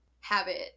habit